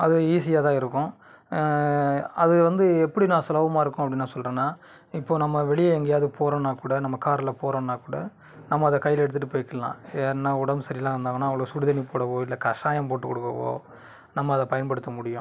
அது ஈஸியாக தான் இருக்கும் அதில் வந்து எப்படி நான் சுலபமாக இருக்கும் அப்படி நான் சொல்கிறேன்னா இப்போ நம்ம வெளியே எங்கேயாது போகிறோன்னாக்கூட நம்ம காரில் போகிறோன்னாக்கூட நம்ம அதை கையில் எடுத்துகிட்டு போயிக்கலாம் யார்னால் உடம்பு சரியில்லாமல் இருந்தாங்கன்னால் அவகளுக் சுடுதண்ணி போடவோ இல்லை கஷாயம் போட்டுக்கொடுக்கவோ நம்ம அதை பயன்படுத்த முடியும்